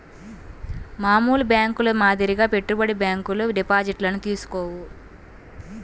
మామూలు బ్యేంకుల మాదిరిగా పెట్టుబడి బ్యాంకులు డిపాజిట్లను తీసుకోవు